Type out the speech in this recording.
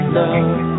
love